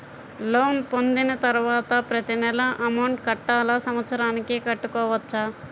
Loan పొందిన తరువాత ప్రతి నెల అమౌంట్ కట్టాలా? సంవత్సరానికి కట్టుకోవచ్చా?